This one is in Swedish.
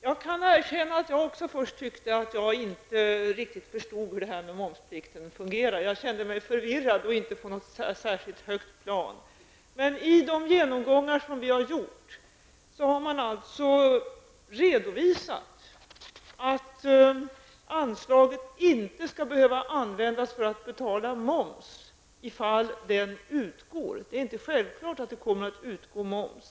Jag kan erkänna att också jag först tyckte att jag inte riktigt förstod hur momsplikten fungerade. Jag kände mig förvirrad och inte på något särskilt högt plan. Men i de genomgångar som vi har gjort har man redovisat att anslaget inte skall behöva användas för att betala moms om den utgår. Det är inte självklart att det kommer att utgå moms.